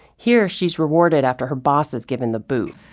here she's rewarded after her boss is given the boot.